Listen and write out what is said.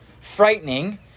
frightening